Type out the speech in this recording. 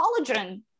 collagen